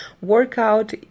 workout